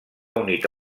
unit